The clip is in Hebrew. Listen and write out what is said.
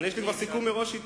יש לי כבר סיכום מראש אתו.